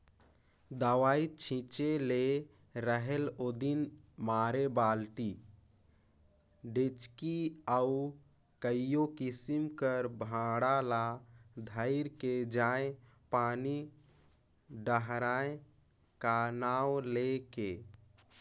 दवई छिंचे ले रहेल ओदिन मारे बालटी, डेचकी अउ कइयो किसिम कर भांड़ा ल धइर के जाएं पानी डहराए का नांव ले के